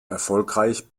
erfolgreich